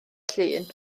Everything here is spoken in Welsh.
llun